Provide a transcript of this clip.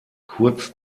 kurz